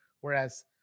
Whereas